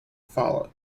followed